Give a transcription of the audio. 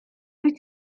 wyt